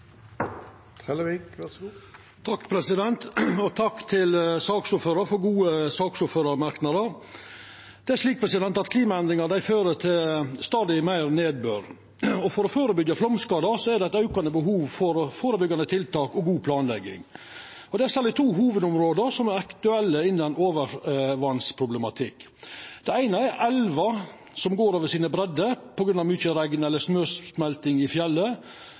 Takk til saksordføraren for gode saksordførarmerknader. Klimaendringar fører til stadig meir nedbør. For å førebyggja flomskadar er det eit aukande behov for førebyggjande tiltak og god planlegging. Det er særleg to hovudområde som er aktuelle innan overvassproblematikk. Det eine er elvar som går over breddene på grunn av mykje regn eller snøsmelting i fjellet.